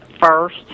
first